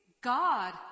God